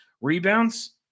Rebounds